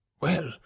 Well